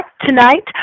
tonight